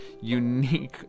unique